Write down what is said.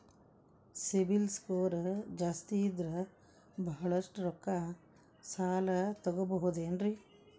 CIBIL score ಜಾಸ್ತಿ ಇದ್ರ ಬಹಳಷ್ಟು ರೊಕ್ಕ ಸಾಲ ತಗೋಬಹುದು ಏನ್ರಿ?